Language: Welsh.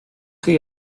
chi